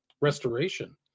Restoration